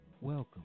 Welcome